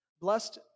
Blessed